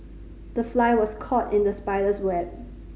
the fly was caught in the spider's web